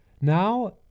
now